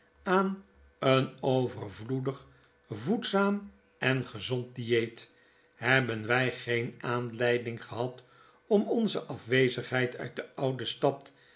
aan een overvloedig voedzaam en gezond dieet hebben wy geen aanleiding gehad om onze afwezigheid uit de oude stad